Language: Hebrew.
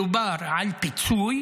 מדובר על פיצוי